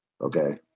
okay